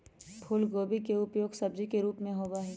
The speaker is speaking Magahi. फूलगोभी के उपयोग सब्जी के रूप में होबा हई